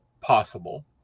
possible